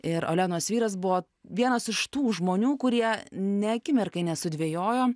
ir olenos vyras buvo vienas iš tų žmonių kurie ne akimirkai nesudvejojo